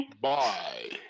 Bye